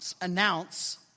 announce